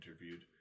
interviewed